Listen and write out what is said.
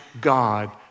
God